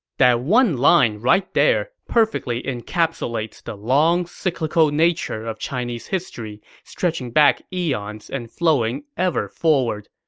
that one line right there perfectly encapsulates the long, cyclical nature of chinese history, stretching back eons and flowing ever forward,